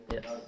Yes